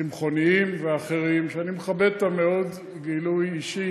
צמחונים ואחרים, שאני מכבד אותה מאוד, גילוי אישי,